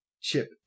chip